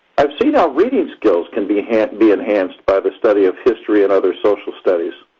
i have seen how reading skills can be enhanced be enhanced by the study of history and other social studies.